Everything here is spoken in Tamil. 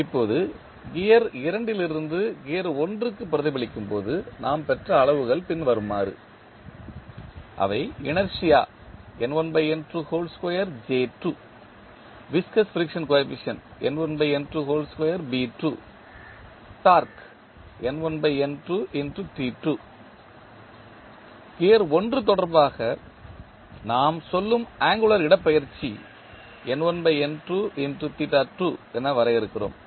இப்போது கியர் 2 ல் இருந்து கியர் 1 க்கு பிரதிபலிக்கும் போது நாம் பெற்ற அளவுகள் பின்வருமாறு அவை inertia viscous friction coefficient torque gear 1 தொடர்பாக நாம் சொல்லும் ஆங்குளர் இடப்பெயர்ச்சி என வரையறுக்கிறோம்